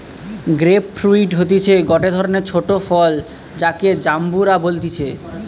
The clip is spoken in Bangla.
গ্রেপ ফ্রুইট হতিছে গটে ধরণের ছোট ফল যাকে জাম্বুরা বলতিছে